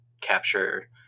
capture